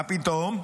מה פתאום,